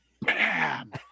bam